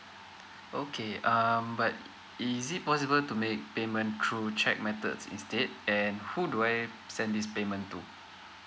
okay um but is it possible to make payment through cheque method instead and who do I send this payment to